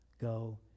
Go